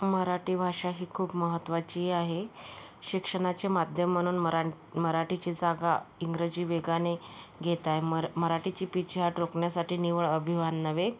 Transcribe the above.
मराठी भाषा ही खूप महत्वाची आहे शिक्षणाचे माध्यम म्हणून मरा मराठीची जागा इंग्रजी वेगाने घेत आहे मरा मराठीची पीछेहाट रोखण्यासाठी निव्वळ अभिवानं नव्हे